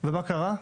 ומה קרה?